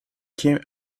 came